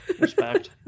Respect